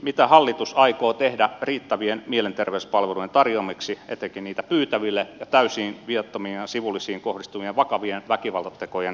mitä hallitus aikoo tehdä riittävien mielenterveyspalvelujen tarjoamiseksi etenkin niitä pyytäville ja täysin viattomiin ja sivullisiin kohdistuneiden vakavien väkivaltatekojen estämiseksi